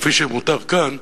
כפי שמותר כאן,